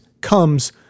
comes